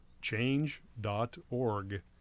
change.org